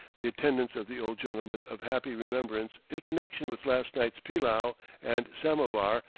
the attendants of the old gentleman of happy remembrance in connection with last night's pillau and samovar,